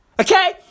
Okay